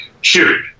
Shoot